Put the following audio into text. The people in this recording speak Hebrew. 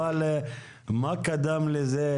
אבל מה קדם לזה,